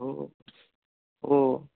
ओ ओ